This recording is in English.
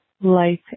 life